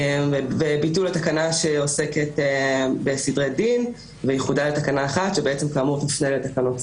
וביטול התקנה שעוסקת בדרי דין ואיחודה לתקנה אחת שתפנה לתקנות הסד"א.